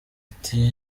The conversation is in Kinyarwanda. ati